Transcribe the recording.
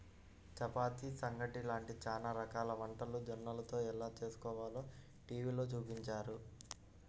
చపాతీ, సంగటి లాంటి చానా రకాల వంటలు జొన్నలతో ఎలా చేస్కోవాలో టీవీలో చూపించారు